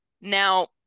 Now